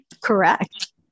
Correct